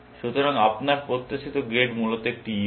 সুতরাং আপনার প্রত্যাশিত গ্রেড মূলত একটি E হবে